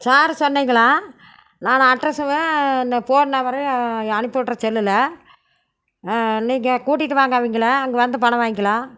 charge சொன்னீங்களா நான் அட்ரஸுமும் இந்த ஃபோன் நம்பரும் அனுப்பி விட்றேன் செல்லில் நீங்கள் கூட்டிகிட்டு வாங்க அவங்ள அங்கே வந்து பணம் வாங்கலாம்